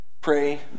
Pray